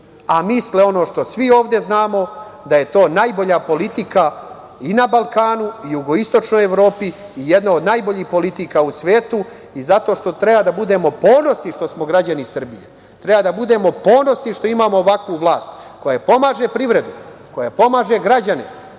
a misle ono što svi ovde znamo, da je to najbolja politika i na Balkanu i u jugoistočnoj Evropi, jedna je od najboljih politika u svetu i zato treba da budemo ponosni što smo građani Srbije, treba da budemo ponosni što imamo ovakvu vlast, koja pomaže privredu, koja pomaže građane,